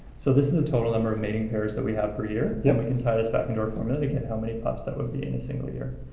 so this is the total number of mating pairs that we have per year. yeah. and we can tie this back into our formula to get how many pups that would be in a single year.